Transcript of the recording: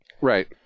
Right